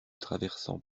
traversant